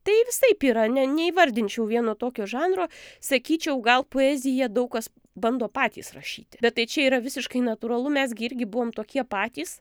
tai visaip yra ne neįvardinčiau vieno tokio žanro sakyčiau gal poeziją daug kas bando patys rašyti bet tai čia yra visiškai natūralu mes gi irgi buvom tokie patys